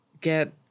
get